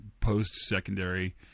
post-secondary